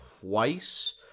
twice